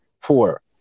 Four